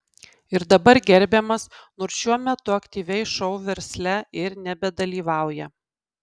ir dabar gerbiamas nors šiuo metu aktyviai šou versle ir nebedalyvauja